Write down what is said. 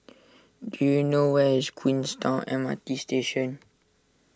do you know where is Queenstown M R T Station